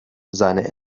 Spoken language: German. seine